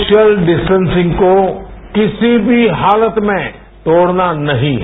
social distancing को किसी भी हालत में तोड़ना नहीं है